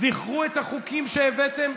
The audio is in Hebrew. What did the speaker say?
זכרו את החוקים שהבאתם,